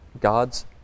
God's